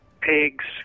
pigs